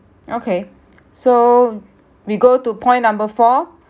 okay so we go to point number four